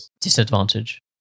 Disadvantage